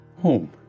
home